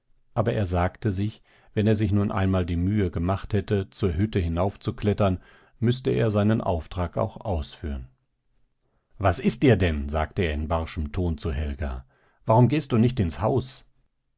aber er sagte sich wenn er sich nun einmal die mühe gemacht hätte zur hütte hinaufzuklettern müßte er seinen auftrag auch ausführen was ist dir denn sagte er in barschem ton zu helga warum gehst du nicht ins haus